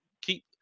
keep